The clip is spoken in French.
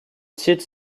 site